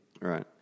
Right